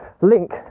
link